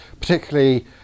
particularly